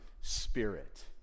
Spirit